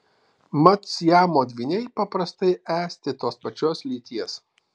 mat siamo dvyniai paprastai esti tos pačios lyties